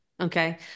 Okay